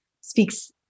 speaks